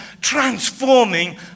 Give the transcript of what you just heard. Transforming